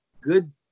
good